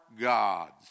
God's